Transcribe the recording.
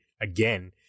again